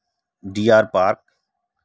deer park